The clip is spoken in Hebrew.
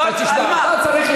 על מה?